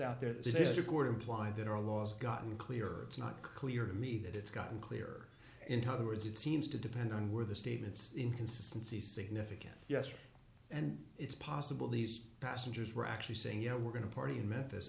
out there there's a good implied that our laws gotten clear it's not clear to me that it's gotten clear into other words it seems to depend on where the statements inconsistency significant yesterday and it's possible these passengers were actually saying you know we're going to party in memphis